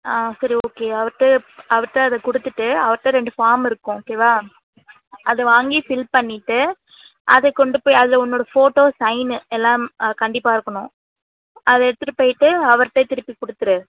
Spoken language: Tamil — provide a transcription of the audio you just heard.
ஆ சரி ஓகே அவர்ட்ட அவர்ட்ட அதை கொடுத்துட்டு அவர்ட்ட ரெண்டு ஃபார்ம் இருக்கும் ஓகேவா அதை வாங்கி ஃபில் பண்ணிவிட்டு அதை கொண்டு போய் அதை உன்னோட ஃபோட்டோ சைன்னு எல்லாம் கண்டிப்பாக இருக்கணும் அது எடுத்துட்டு போய்ட்டு அவர்ட்டே திருப்பி கொடுத்துரு